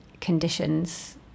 conditions